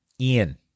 Ian